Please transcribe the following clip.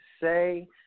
say